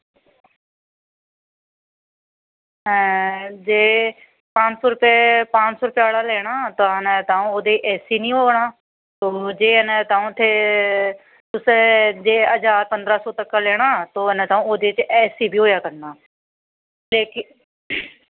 ते पंज सौ रपेआ आह्ला लैना तां ओह्दे ई एसी निं होना ते तां उत्थें ते तुसें जे ज्हार पंदरां तगर लैना ते ओह्दे ई एसी बी होआ करना ते